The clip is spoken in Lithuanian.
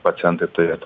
pacientai turėtų